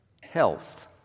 health